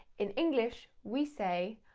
in english we say,